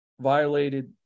violated